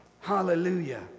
Hallelujah